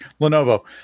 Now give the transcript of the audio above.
Lenovo